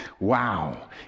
Wow